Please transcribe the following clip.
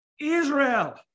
Israel